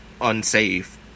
unsafe